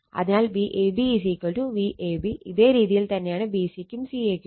അതിനാൽ Vab VAB ഇതേ രീതിയിൽ തന്നെയാണ് bc ക്കും ca ക്കും